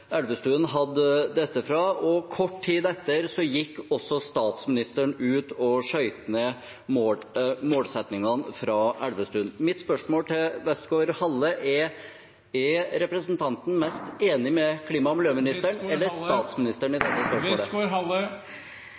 Elvestuen hadde dette fra, og kort tid etter gikk også statsministeren ut og skjøt ned målsettingene fra Elvestuen. Mitt spørsmål til Westgaard-Halle er: Er representanten mest enig med klima- og miljøministeren eller statsministeren i